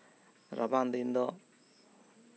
ᱨᱟᱵᱟᱝ ᱫᱤᱱ ᱫᱚ